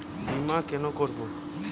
বিমা কেন করব?